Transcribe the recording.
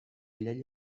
llei